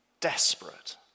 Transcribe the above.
desperate